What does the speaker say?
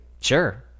sure